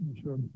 sure